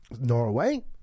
Norway